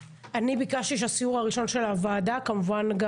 ביקשתי שהסיור הראשון של הוועדה כמובן גם